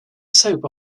soap